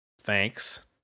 Thanks